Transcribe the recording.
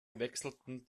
wechselten